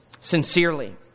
sincerely